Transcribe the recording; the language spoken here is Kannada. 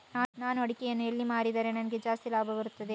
ನಾನು ಅಡಿಕೆಯನ್ನು ಎಲ್ಲಿ ಮಾರಿದರೆ ನನಗೆ ಜಾಸ್ತಿ ಲಾಭ ಬರುತ್ತದೆ?